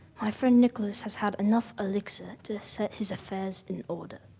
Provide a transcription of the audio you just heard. my friend nicholas has had enough elixir to set his affairs in order.